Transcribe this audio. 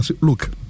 look